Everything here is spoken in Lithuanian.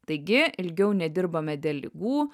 taigi ilgiau nedirbame dėl ligų